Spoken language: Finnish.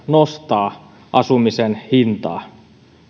nostaa asumisen hintaa